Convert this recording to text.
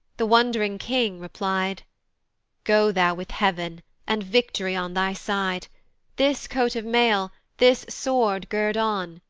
the wond'ring king reply'd go thou with heav'n and victory on thy side this coat of mail, this sword gird on,